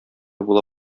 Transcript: була